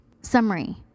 Summary